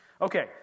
Okay